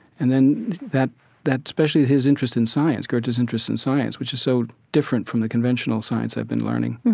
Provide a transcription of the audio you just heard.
and then that that especially his interest in science, goethe's interest in science, which is so different from the conventional science i'd been learning,